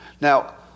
Now